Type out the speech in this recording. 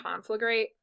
conflagrate